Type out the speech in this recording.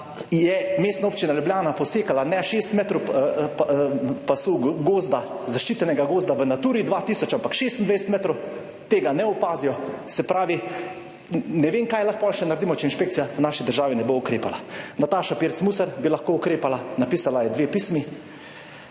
občina Ljubljana posekala ne 6 metrov pasu gozda, zaščitenega gozda v Naturi 2000, ampak 26 metrov. Tega ne opazijo, se pravi, ne vem, kaj lahko še naredimo, če inšpekcija v naši državi ne bo ukrepala. Nataša Pirc Musar bi lahko ukrepala. Napisala je dve pismi,